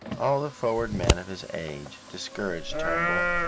all the forward men of his age discouraged turnbull.